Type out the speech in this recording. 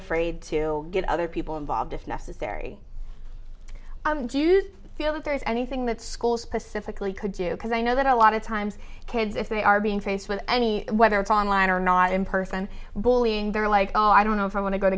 afraid to get other people involved if necessary do you feel that there is anything that school specifically could do because i know that a lot of times kids if they are being faced with any whether it's online or not in person bullying they're like oh i don't know if i want to go to